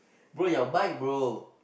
bro your mic bro